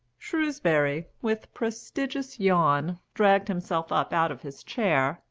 shrewsbury, with prodigious yawn, dragged himself up out of his chair,